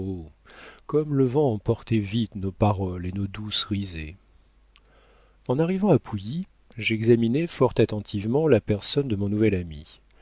comme le vent emportait vite nos paroles et nos douces risées en arrivant à pouilly j'examinai fort attentivement la personne de mon nouvel ami